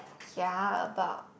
kia about